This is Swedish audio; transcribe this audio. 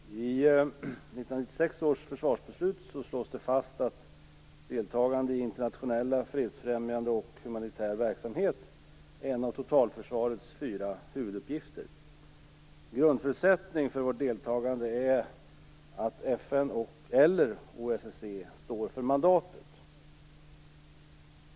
Herr talman! I 1996 års försvarsbeslut slås det fast att deltagande i internationell fredsfrämjande och humanitär verksamhet är en av totalförsvarets fyra huvuduppgifter. En grundförutsättning för vårt deltagande är att FN eller OSSE står för mandatet.